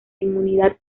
inmunidad